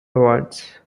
awards